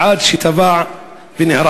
עד שטבע ונהרג.